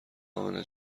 امنه